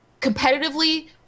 competitively